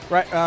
Right